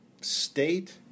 state